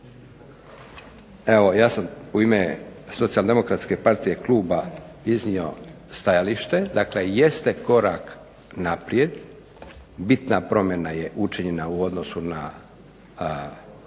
Evo, ja sam u ime SDP-a iznio stajalište. Dakle, jeste korak naprijed, bitna promjena je učinjena u odnosu na